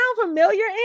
familiar